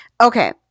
Okay